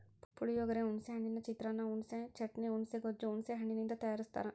ಪುಳಿಯೋಗರೆ, ಹುಣಿಸೆ ಹಣ್ಣಿನ ಚಿತ್ರಾನ್ನ, ಹುಣಿಸೆ ಚಟ್ನಿ, ಹುಣುಸೆ ಗೊಜ್ಜು ಹುಣಸೆ ಹಣ್ಣಿನಿಂದ ತಯಾರಸ್ತಾರ